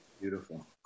Beautiful